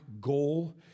goal